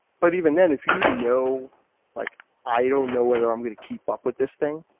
but even then, if you know like i don't know whether i'm going to keep up with this thing,